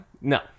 No